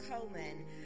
Coleman